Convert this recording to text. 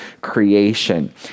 creation